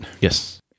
Yes